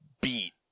beat